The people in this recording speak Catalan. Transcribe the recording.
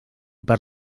per